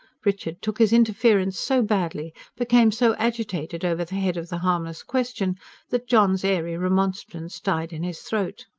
richard took his interference so badly, became so agitated over the head of the harmless question that john's airy remonstrance died in his throat.